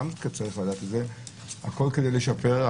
גם צריך לדעת את זה והכול כדי לשפר,